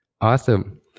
Awesome